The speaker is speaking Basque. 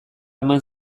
eman